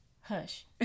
Hush